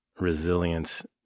resilience